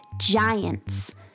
giants